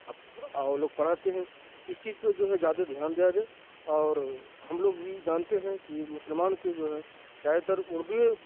اب اور وہ لوگ پڑھاتے ہیں اس چیز پہ جو ہے زیادہ دھیان دیا جائے اور ہم لوگ بھی جانتے ہیں کہ مسلمان کے جو ہے زیادہ تر اردوئے